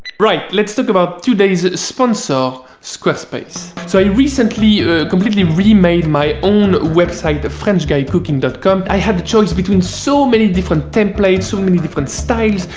right. let's talk about today's sponsor squarespace so i recently completely remade my own website the french guy cooking dot-com i had the choice between so many different templates so many different styles,